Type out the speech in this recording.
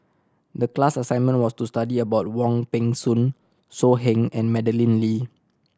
the class assignment was to study about Wong Peng Soon So Heng and Madeleine Lee